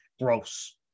gross